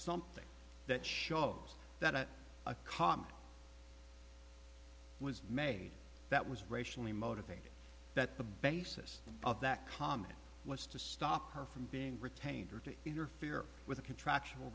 something that shows that a cop was made that was racially motivated that the basis of that comment was to stop her from being retained or to interfere with a contractual